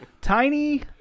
Tiny